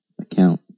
account